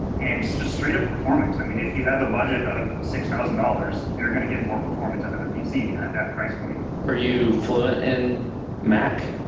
and just straight-up performance. i mean, if you have a budget of six thousand dollars, you're going to get more performance out of a pc at that price point. are you fluent in mac?